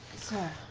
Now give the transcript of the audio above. sir,